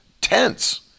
tense